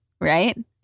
Right